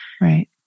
Right